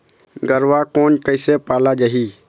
गरवा कोन कइसे पाला जाही?